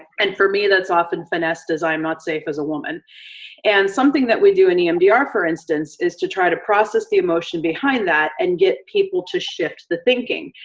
and for me that's often finessed as i am not safe as a woman and something that we do in emdr for instance is to try to process the emotion behind that and get people to shift the thinking.